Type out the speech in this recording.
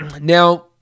Now